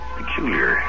peculiar